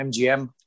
MGM